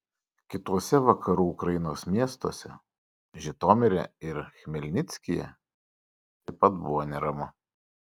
kituose vakarų ukrainos miestuose žitomire ir chmelnickyje taip pat buvo neramu